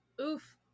Oof